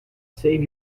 save